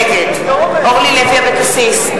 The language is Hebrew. נגד אורלי לוי אבקסיס,